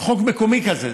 זה חוק מקומי כזה,